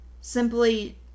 simply